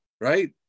right